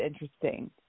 interesting